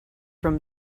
from